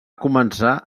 començar